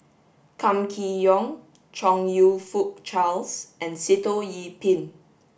Kam Kee Yong Chong You Fook Charles and Sitoh Yih Pin